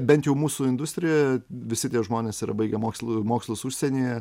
bent jau mūsų industrijoje visi tie žmonės yra baigę moksl mokslus užsienyje